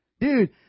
Dude